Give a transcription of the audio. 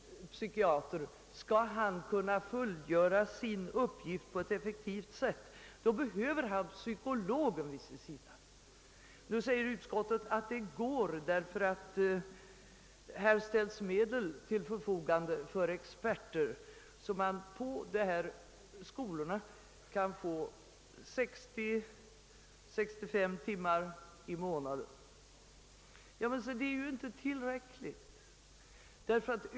Skall han kunna fullgöra sin uppgift på ett effektivt sätt, behöver han psykologer vid sin sida. Utskottet anför att medel ställs till förfogande för anlitande av experter vid dessa skolor under 60—065 timmar i månaden, men detta är inte tillräckligt.